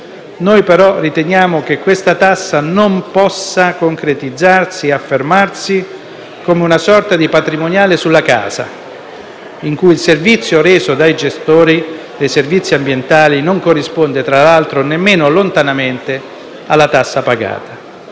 Noi però riteniamo che questa tassa non possa concretizzarsi e affermarsi come una sorta di patrimoniale sulla casa, in cui il servizio reso dai gestori dei servizi ambientali non corrisponde, tra l'altro, nemmeno lontanamente alla tassa pagata.